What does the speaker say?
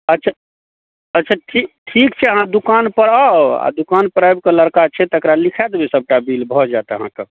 अच्छा अच्छा ठीक ठीक छै अहाँ दोकानपर आउ आओर दोकानपर आबिकऽ लड़का छै तकरा लिखा देबै सबटा बिल भऽ जाएत अहाँके